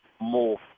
more